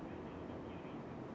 they only theories like